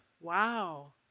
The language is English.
wow